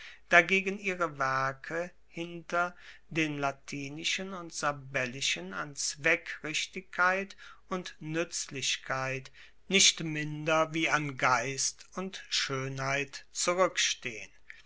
dagegen ihre werke hinter den latinischen und sabellischen an zweckrichtigkeit und nuetzlichkeit nicht minder wie an geist und schoenheit zurueckstehen